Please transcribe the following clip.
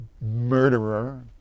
murderer